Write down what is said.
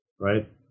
right